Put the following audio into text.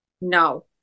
no